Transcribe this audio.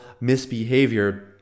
misbehavior